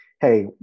hey